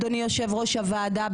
אדוני יושב ראש הוועדה,